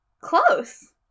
Close